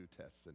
tests